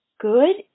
Good